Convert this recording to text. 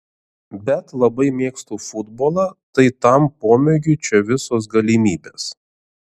bet labai mėgstu futbolą tai tam pomėgiui čia visos galimybės